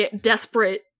desperate